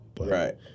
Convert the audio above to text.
Right